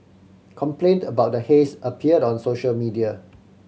complaint about the haze appeared on social media